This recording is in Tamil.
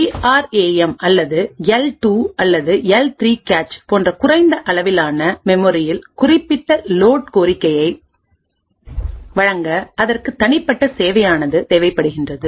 டிஆர்ஏஎம் அல்லது எல் 2 அல்லது எல் 3 கேச் போன்ற குறைந்த அளவிலானமெமோரியல்குறிப்பிட்ட லோட் கோரிக்கையை வழங்க அதற்கு தனிப்பட்டசேவையானது தேவைப்படுகின்றது